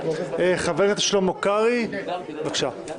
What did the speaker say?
חבר הכנסת שלמה קרעי, בבקשה.